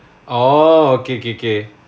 orh okay okay K